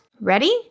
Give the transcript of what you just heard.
Ready